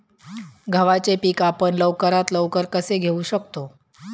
गव्हाचे पीक आपण लवकरात लवकर कसे घेऊ शकतो?